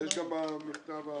במכתב הארוך.